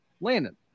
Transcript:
Landon